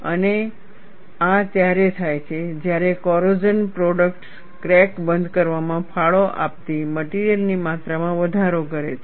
અને આ ત્યારે થાય છે જ્યારે કોરોઝન પ્રોડક્ટ્સ ક્રેક બંધ કરવામાં ફાળો આપતી મટિરિયલ ની માત્રામાં વધારો કરે છે